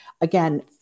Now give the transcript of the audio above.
Again